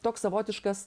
toks savotiškas